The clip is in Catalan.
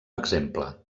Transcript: exemple